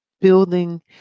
building